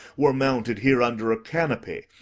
were mounted here under a canopy,